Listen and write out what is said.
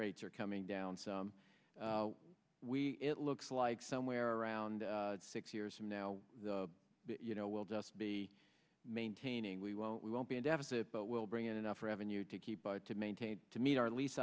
rates are coming down so we it looks like somewhere around six years from now the you know we'll just be maintaining we won't we won't be in deficit but will bring in enough revenue to keep it to maintain to meet our lease